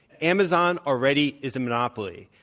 amazon already is a monopoly.